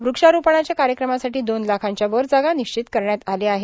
वृक्षारोपणाच्या कार्यक्रमासाठी दोन लाखांच्या वर जागा निश्चित करण्यात आल्या आहेत